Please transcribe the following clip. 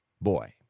boy